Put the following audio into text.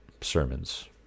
sermons